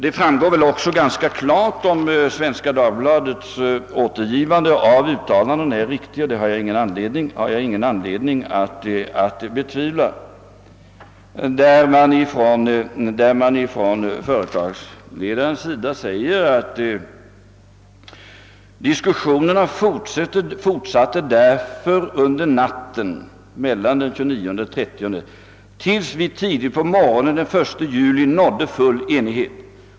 Detta framgår väl också ganska klart, om Svenska Dagbladets återgivande av det uttalandet är riktigt, och det har jag ingen anledning att betvivla, vari man från företagsledningens sida säger att »diskussionerna fortsatte därför under natten mellan den 29 och 30, tills vi tidigt på morgonen den 1 juli nådde full enighet».